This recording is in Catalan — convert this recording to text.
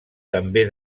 també